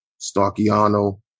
Starkiano